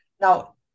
now